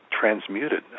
transmuted